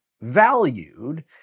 valued